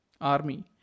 Army